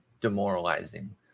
demoralizing